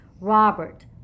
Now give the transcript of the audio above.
Robert